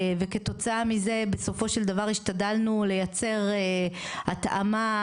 וכתוצאה מזה בסופו של דבר השתדלנו לייצר התאמה